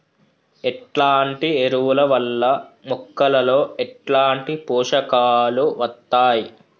ఎట్లాంటి ఎరువుల వల్ల మొక్కలలో ఎట్లాంటి పోషకాలు వత్తయ్?